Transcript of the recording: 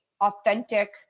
authentic